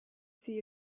see